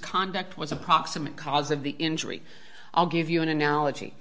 conduct was a proximate cause of the injury i'll give you an analogy